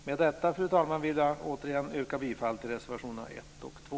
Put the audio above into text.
Med detta, fru talman, vill jag återigen yrka bifall till reservationerna 1 och 2.